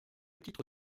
titre